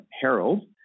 Harold